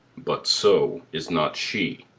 but so is not she.